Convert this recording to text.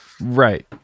Right